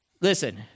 listen